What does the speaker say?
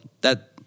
that-